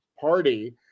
party